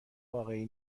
واقعی